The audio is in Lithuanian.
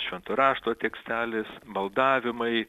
švento rašto tekstelis maldavimai